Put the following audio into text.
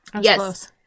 Yes